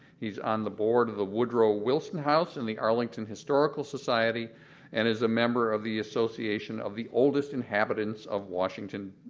he's on the board of the woodrow wilson house and the arlington historical society and a member of the association of the oldest inhabitants of washington,